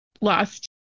lost